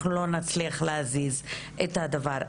אנחנו לא נצליח להזיז את הדבר.